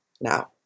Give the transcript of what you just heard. now